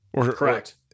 Correct